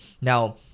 Now